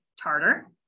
tartar